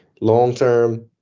long-term